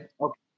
Okay